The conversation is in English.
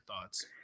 thoughts